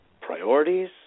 priorities